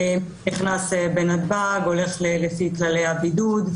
אדם נכנס בנתב"ג, הולך לפי כללי הבידוד.